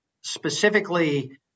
specifically